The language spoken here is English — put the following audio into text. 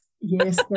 yes